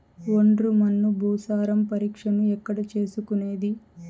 ఒండ్రు మన్ను భూసారం పరీక్షను ఎక్కడ చేసుకునేది?